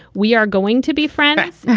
we are going to be friends.